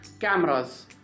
Cameras